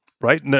Right